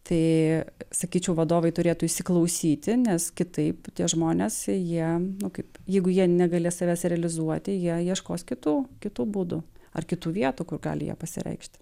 tai sakyčiau vadovai turėtų įsiklausyti nes kitaip tie žmonės jie kaip jeigu jie negali savęs realizuoti jie ieškos kitų kitų būdų ar kitų vietų kur gali jie pasireikšti